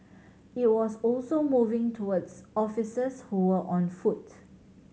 it was also moving towards officers who were on foot